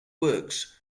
works